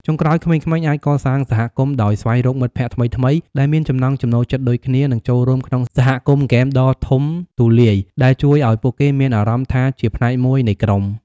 ចុងក្រោយ ក្មេងៗអាច កសាងសហគមន៍ ដោយស្វែងរកមិត្តភក្តិថ្មីៗដែលមានចំណង់ចំណូលចិត្តដូចគ្នា និងចូលរួមក្នុងសហគមន៍ហ្គេមដ៏ធំទូលាយ ដែលជួយឱ្យពួកគេមានអារម្មណ៍ថាជាផ្នែកមួយនៃក្រុម។